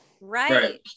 Right